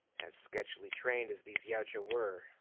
as sketchily trained as these yautja were,